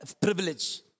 privilege